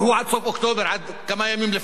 עד כמה ימים לפני הבחירות באמריקה.